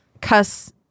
cuss